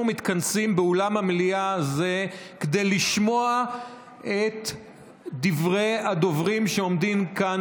אנחנו מתכנסים באולם המליאה הזה כדי לשמוע את דברי הדוברים שעומדים כאן,